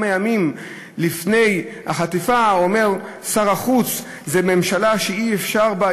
כמה ימים לפני החטיפה: זו ממשלה שאי-אפשר בה,